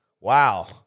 wow